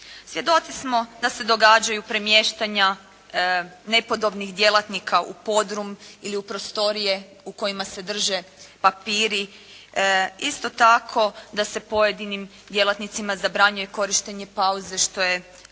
Svjedoci smo da se događaju premještanja nepodobnih djelatnika u podrum ili u prostorije u kojima se drže papiri. Isto tako da se pojedinim djelatnicima zabranjuje korištenje pauze što je